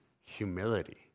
humility